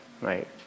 right